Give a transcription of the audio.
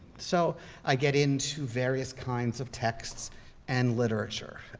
so i get into various kinds of texts and literature.